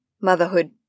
Motherhood